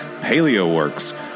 PaleoWorks